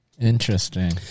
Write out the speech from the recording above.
Interesting